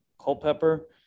Culpepper